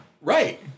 Right